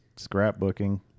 scrapbooking